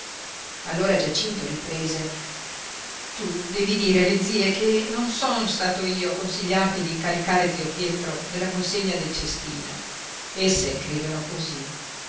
allora giacinto riprese tu devi dire alle zie che non son stato io a consigliarti di incaricare zio pietro della consegna del cestino esse credono cosí